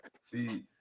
See